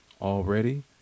already